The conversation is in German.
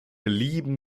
lieben